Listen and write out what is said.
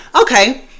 okay